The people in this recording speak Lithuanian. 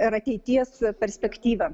ir ateities perspektyvą